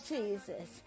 Jesus